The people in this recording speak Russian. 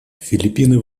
филиппины